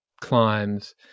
climbs